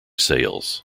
sales